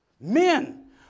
Men